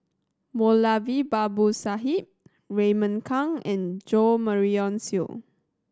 Moulavi Babu Sahib Raymond Kang and Jo Marion Seow